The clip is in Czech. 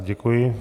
Děkuji.